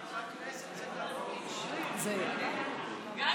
זה יחסית,